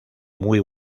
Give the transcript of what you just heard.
muy